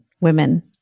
women